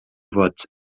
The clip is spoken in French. vote